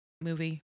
movie